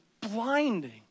blinding